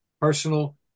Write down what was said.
personal